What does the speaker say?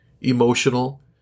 emotional